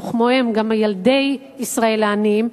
וכמוהם גם ילדי ישראל העניים,